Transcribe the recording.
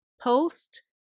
Post